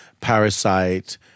Parasite